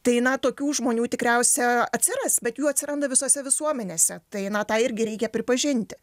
tai na tokių žmonių tikriausia atsiras bet jų atsiranda visose visuomenėse tai na tą irgi reikia pripažinti